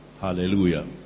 Hallelujah